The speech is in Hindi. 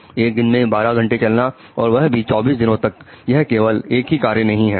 1 दिन में 12 घंटे चलना और वह भी 24 दिनों तक यह केवल एक ही कार्य नहीं है